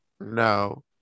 no